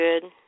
good